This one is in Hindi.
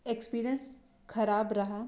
एक्सपीरियंस खराब रहा